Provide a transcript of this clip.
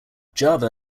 java